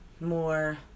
more